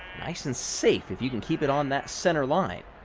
nice and safe if you can keep it on that center line.